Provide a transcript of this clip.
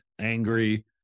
angry